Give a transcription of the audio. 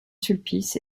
sulpice